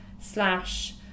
slash